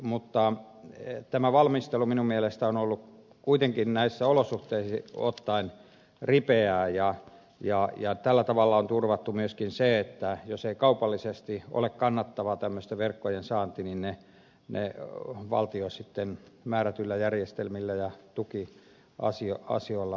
mutta tämä valmistelu minun mielestäni on ollut kuitenkin näissä olosuhteissa ripeää ja tällä tavalla on turvattu myöskin se että jos ei kaupallisesti ole kannattavaa tämmöisten verkkojen saanti niin ne valtio sitten määrätyillä järjestelmillä ja tukiasioilla hoitaa